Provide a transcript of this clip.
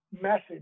message